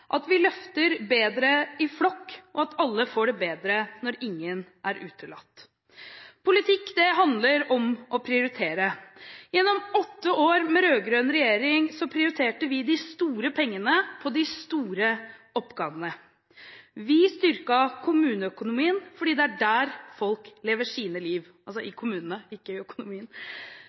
at vi løfter bedre i flokk og at alle får det bedre når ingen er utelatt. Politikk handler om å prioritere. Gjennom åtte år med rød-grønn regjering prioriterte vi de store pengene på de store oppgavene. Vi styrket kommuneøkonomien fordi det er i kommunene folk lever sine liv,